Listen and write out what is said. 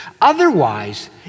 Otherwise